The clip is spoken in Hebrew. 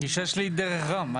הגישה שלי היא דרך רם.